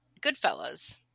Goodfellas